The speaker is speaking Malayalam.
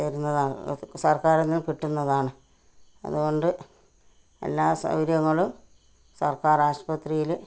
തരുന്നതാണ് സർക്കാരിൽ നിന്ന് കിട്ടുന്നതാണ് അതുകൊണ്ട് എല്ലാ സൗകര്യങ്ങളും സർക്കാർ ആശുപത്രിയിൽ